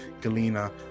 Galina